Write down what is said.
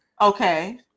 Okay